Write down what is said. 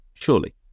surely